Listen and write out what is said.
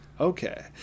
Okay